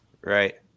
Right